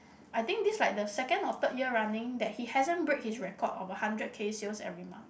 I think this like the second or third year running that he hasn't break his record of a hundred K sales every month eh